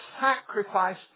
sacrifice